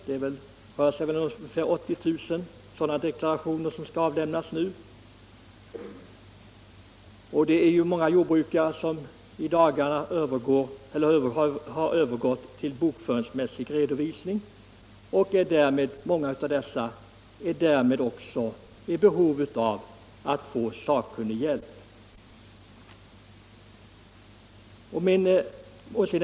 Det rör sig väl om ungefär 80 000 sådana deklarationer som skall avlämnas nu. Många jordbrukare har i dagarna övergått till bokföringsmässig redovisning och kan därmed också vara i behov av att få sakkunnig hjälp.